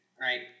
right